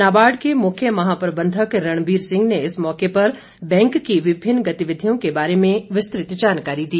नाबार्ड के मुख्य महाप्रबंधक रणबीर सिंह ने इस मौके पर बैंक की विभिन्न गतिविधियों के बारे में विस्तृत जानकारी दी